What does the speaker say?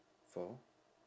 for